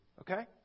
okay